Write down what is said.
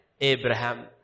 Abraham